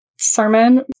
sermon